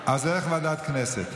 אז ילך לוועדת הכנסת.